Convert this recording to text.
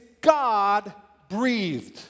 God-breathed